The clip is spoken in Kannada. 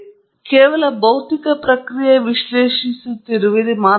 ನೀವು ಕೇವಲ ಭೌತಿಕ ಪ್ರಕ್ರಿಯೆ ವಿಶ್ಲೇಷಿಸುತ್ತಿರುವಿರಿ ಮಾತ್ರವಲ್ಲ